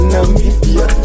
Namibia